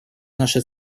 наша